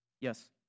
Yes